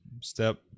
step